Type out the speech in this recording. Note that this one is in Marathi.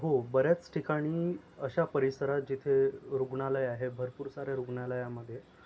हो बऱ्याच ठिकाणी अशा परिसरात जिथे रुग्णालय आहेत भरपूर साऱ्या रुग्णालयामध्ये